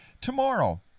Tomorrow